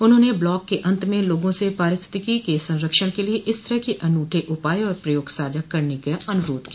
उन्होंने ब्लॉग के अत में लोगों से पारिस्थितिकी के संरक्षण के लिए इस तरह के अनूठे उपाय और प्रयोग साझा करने का अनुरोध किया